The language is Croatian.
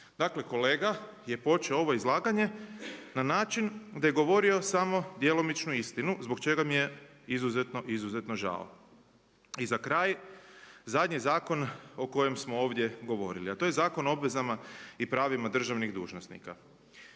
Dakle, kolega je počeo ovo izlaganje na način da je govorio samo djelomičnu istinu zbog čega mi je izuzetno, izuzetno žao. I za kraj, zadnji zakon o kojem smo ovdje govorili, a to je Zakon o obvezama i pravima državnih dužnosnika.